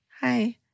Hi